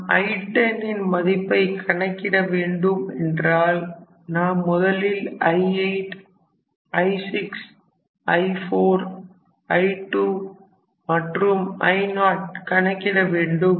நாம் I10 ன் மதிப்பை கணக்கிட வேண்டும் என்றால் நாம் முதலில் I8I6I4I2 மற்றும் I0 கணக்கிட வேண்டும்